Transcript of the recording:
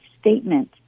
statement